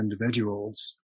individuals